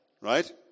right